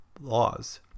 laws